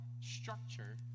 structure